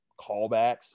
callbacks